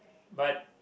but